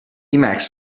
emacs